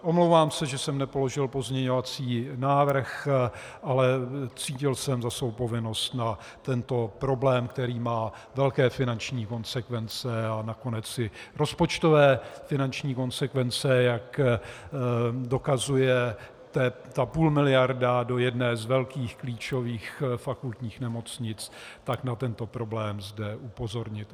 Omlouvám se, že jsem nepoložil pozměňovací návrh, ale cítil jsem za svou povinnost na tento problém, který má velké finanční konsekvence, a nakonec i rozpočtové finanční konsekvence, jak dokazuje půlmiliarda do jedné z velkých klíčových fakultních nemocnic, na tento problém zde upozornit.